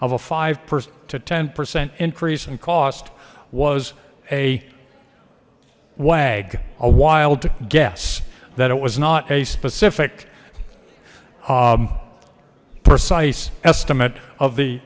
a five to ten percent increase in cost was a wag a wild guess that it was not a specific precise estimate of the